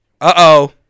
Uh-oh